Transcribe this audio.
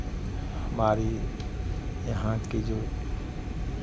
हमारी यहाँ की जो